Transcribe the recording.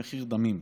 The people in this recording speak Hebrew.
הוא מחיר דמים.